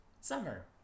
summer